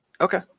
Okay